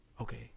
okay